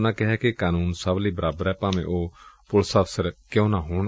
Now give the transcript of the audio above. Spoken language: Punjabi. ਉਨੂਾ ਕਿਹਾ ਕਿ ਕਾਨੂੰਨ ਸਭ ਲਈ ਬਰਾਬਰ ਏ ਭਾਵੇਂ ਉਹ ਪੁਲਿਸ ਅਫਸਰ ਹੀ ਕਿਉਂ ਨਾ ਹੋਵੇ